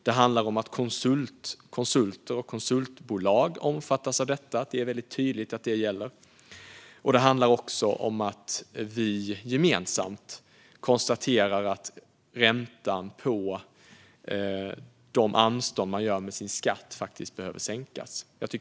Det är tydligt att konsulter och konsultbolag omfattas, och det handlar också om att vi gemensamt konstaterar att räntan på de anstånd som ges på skatt faktiskt behöver sänkas.